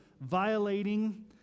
violating